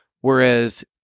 whereas